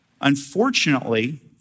Unfortunately